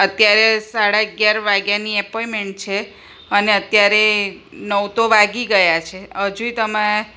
અત્યારે સાડા અગિયાર વાગ્યાની અપોઇમેન્ટ છે અને અત્યારે નવ તો વાગી ગયા છે હજુએ તમે